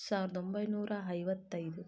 ಸಾವಿರದ ಒಂಬೈನೂರ ಐವತ್ತೈದು